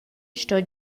sto